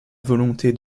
volonté